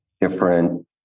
different